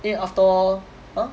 因为 after all !huh!